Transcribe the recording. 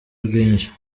rwinshi